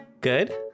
Good